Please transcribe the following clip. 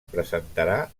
presentarà